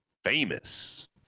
Famous